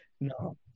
No